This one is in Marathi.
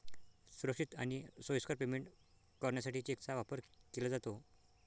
सुरक्षित आणि सोयीस्कर पेमेंट करण्यासाठी चेकचा वापर केला जातो